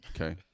Okay